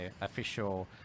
official